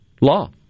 law